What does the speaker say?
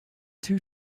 two